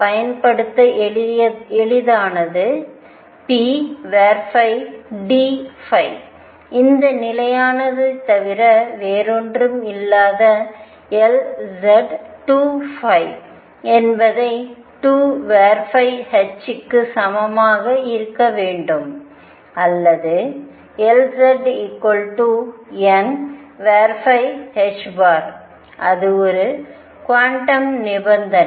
ஐப் பயன்படுத்த எளிதானது pdϕ இந்த நிலையான தவிர வேறொன்றுமில்லாத Lz2π என்பது nh க்கு சமமாக இருக்க வேண்டும் அல்லது Lzn அது ஒரு குவாண்டம் நிபந்தனை